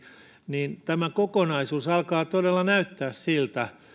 niin tämä kokonaisuus alkaa todella näyttää siltä